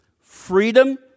freedom